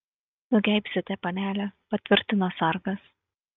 nugeibsite panele patvirtino sargas